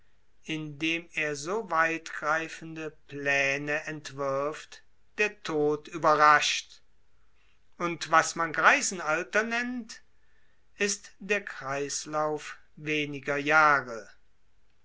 indem er so weitgreifende pläne entwirft der tod überrascht und was man greisenalter nennt ist der kreislauf weniger jahre